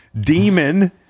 demon